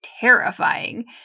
terrifying